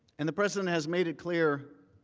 and the present has made it clear